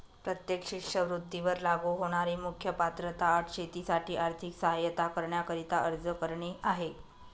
प्रत्येक शिष्यवृत्ती वर लागू होणारी मुख्य पात्रता अट शेतीसाठी आर्थिक सहाय्यता करण्याकरिता अर्ज करणे आहे